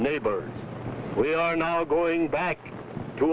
neighbor we are now going back to